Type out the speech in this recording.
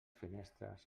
finestres